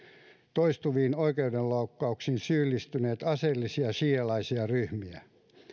toistuviin oikeudenloukkauksiin syyllistyneitä aseellisia siialaisia ryhmiä